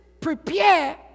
prepare